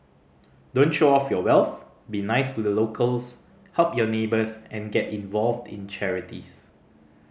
don't show off your wealth be nice to the locals help your neighbours and get involved in charities